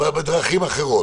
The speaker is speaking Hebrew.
בדרכים אחרות.